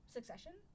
Succession